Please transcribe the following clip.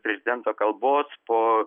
prezidento kalbos po